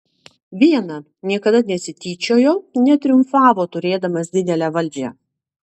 viena niekada nesityčiojo netriumfavo turėdamas didelę valdžią